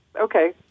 okay